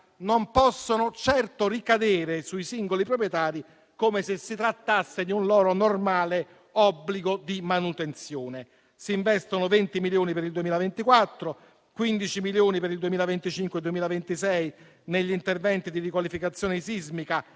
non possono certo ricadere sui singoli proprietari, come se si trattasse di un loro normale obbligo di manutenzione. Si investono 20 milioni per il 2024 e 15 milioni per il 2025 e 2026 negli interventi di riqualificazione sismica